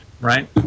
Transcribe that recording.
Right